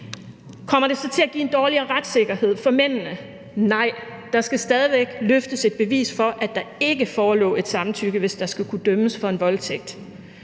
Kommer det så til at give en dårligere retssikkerhed for mændene? Nej, der skal stadig væk løftes et bevis for, at der ikke forelå samtykke, hvis der skal kunne dømmes for voldtægt.